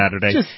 Saturday